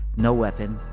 no weapon.